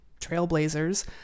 trailblazers